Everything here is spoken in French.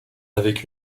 avec